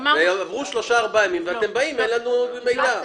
עברו שלושה-ארבעה ימים ואתם באים ואין לכם עמדה.